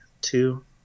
two